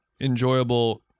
enjoyable